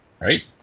right